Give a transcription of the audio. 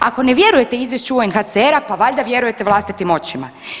Ako ne vjerujete izvješću UNHCR-a, pa valjda vjerujete vlastitim očima.